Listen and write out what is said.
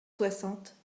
soixante